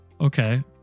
Okay